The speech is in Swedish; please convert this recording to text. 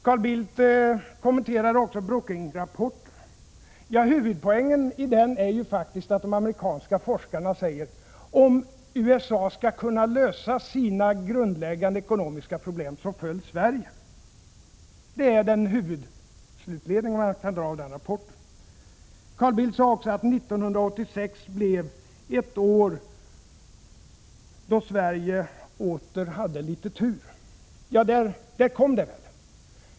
Carl Bildt kommenterade också Brookingrapporten. Huvudpoängen i den är ju faktiskt att de amerikanska forskarna säger: Om USA skall kunna lösa sina grundläggande ekonomiska problem, så följ Sverige! Det är huvudslutledningen man kan dra av den rapporten. Carl Bildt sade också att 1986 blev ett år då Sverige åter hade litet tur. Där kom det.